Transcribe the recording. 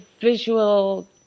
visual